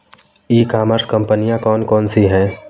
ई commerce कंपनियाँ कौन कौन सी हैं?